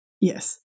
yes